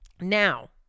Now